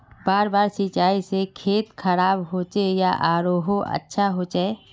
बार बार सिंचाई से खेत खराब होचे या आरोहो अच्छा होचए?